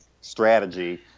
strategy